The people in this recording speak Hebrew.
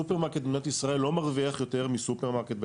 סופרמרקט במדינת ישראל לא מרוויח יותר מסופרמרקט בצרפת,